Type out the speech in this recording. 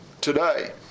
today